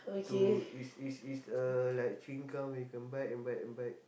to is is is uh like chewing gum where you can bite and bite and bite